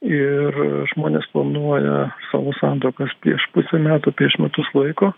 ir žmonės planuoja savo santuokas prieš pusę metų prieš metus laiko